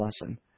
lesson